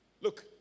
Look